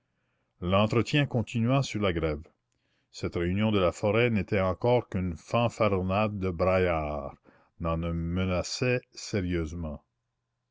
l'entretien continua sur la grève cette réunion de la forêt n'était encore qu'une fanfaronnade de braillards rien ne menaçait sérieusement